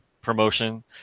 promotion